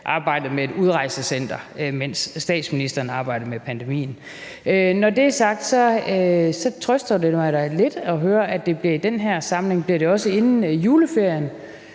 arbejdet med et udrejsecenter, mens statsministeren arbejdede med pandemien. Når det er sagt, så trøster det mig da lidt at høre, at det bliver i den her samling. Bliver det også inden juleferien,